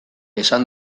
esan